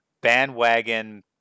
bandwagon